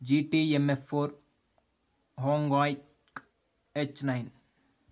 GTMF Ford హోంగ్వాయిక్ H nine